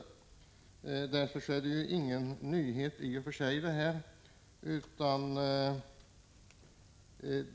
Därför är detta förslag inte någon nyhet.